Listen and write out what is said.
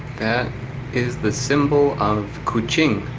that is the symbol of kuching,